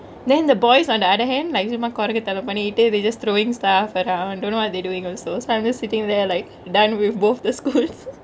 then the boys on the other hand like சும்மா கொரங்குதனொ பன்னிகிட்டு:summa korungkuthano pannikittu they just throwingk stuff around don't know what they doingk so I'm just sittingk there like done with both the schools